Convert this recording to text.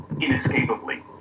inescapably